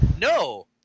no